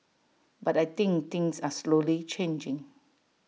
but I think things are slowly changing